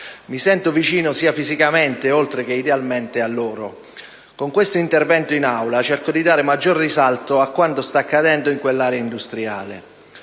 Mi sento vicino fisicamente, oltre che idealmente, a loro. Con questo intervento in Aula cerco di dare maggior risalto a quanto sta accadendo in quell'area industriale.